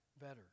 better